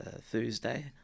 Thursday